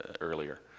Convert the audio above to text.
earlier